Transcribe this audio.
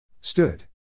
Stood